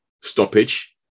stoppage